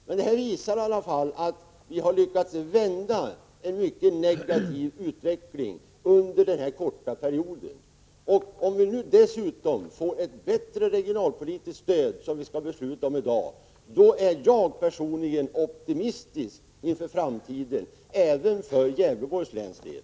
Och vi har lyckats vända en mycket negativ utveckling under den korta perioden. Om vi nu dessutom får ett bättre regionalpolitiskt stöd, som vi skall besluta om i dag, då är jag personligen optimistisk inför framtiden även för Gävleborgs läns del.